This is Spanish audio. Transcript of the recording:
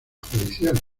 judicial